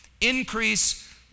Increase